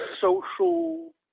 social